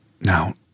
Now